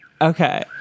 Okay